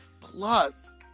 plus